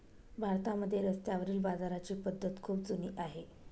भारतामध्ये रस्त्यावरील बाजाराची पद्धत खूप जुनी आहे